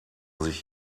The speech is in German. sich